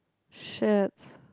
shaded